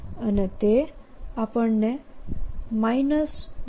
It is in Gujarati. અને તે આપણને 04πm